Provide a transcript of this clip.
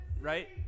Right